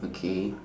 okay